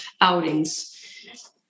outings